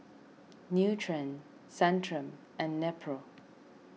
Nutren Centrum and Nepro